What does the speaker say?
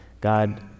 God